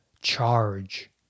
charge